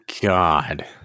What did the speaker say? god